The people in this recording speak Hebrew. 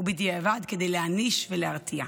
ובדיעבד, כדי להעניש ולהרתיע.